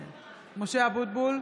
(קוראת בשמות חברי הכנסת) משה אבוטבול,